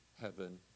heaven